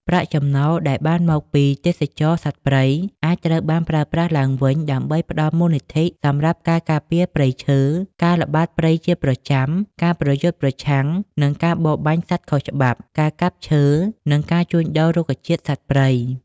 ប្រាក់ចំណូលដែលបានមកពីទេសចរណ៍សត្វព្រៃ អាចត្រូវបានប្រើប្រាស់ឡើងវិញដើម្បីផ្តល់មូលនិធិសម្រាប់ការការពារព្រៃឈើ ការល្បាតព្រៃជាប្រចាំ ការប្រយុទ្ធប្រឆាំងនឹងការបរបាញ់សត្វខុសច្បាប់ ការកាប់ឈើ និងការជួញដូររុក្ខជាតិ-សត្វព្រៃ។